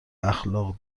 اخلاق